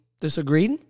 disagreed